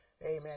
Amen